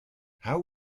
how